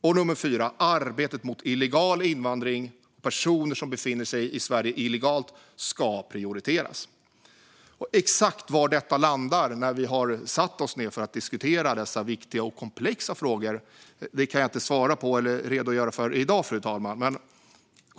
För det fjärde: Arbetet mot illegal invandring - personer som befinner sig illegalt i Sverige - ska prioriteras. Exakt var detta landar när vi har satt oss ned för att diskutera dessa viktiga och komplexa frågor kan jag inte svara på eller redogöra för i dag.